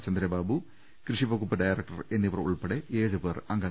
ചന്ദ്രബാബു കൃഷിവകുപ്പ് ഡയറക്ടർ എന്നിവർ ഉൾപ്പെടെ ഏഴുപേർ അംഗങ്ങളാണ്